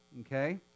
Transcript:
Okay